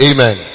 Amen